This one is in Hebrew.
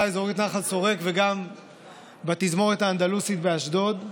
אזורית נחל שורק וגם בתזמורת האנדלוסית באשדוד,